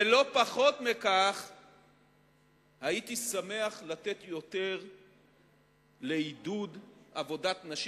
ולא פחות מכך הייתי שמח לתת יותר לעידוד עבודת נשים,